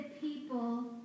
people